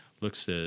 looks